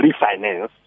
refinance